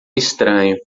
estranho